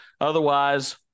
Otherwise